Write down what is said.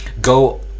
go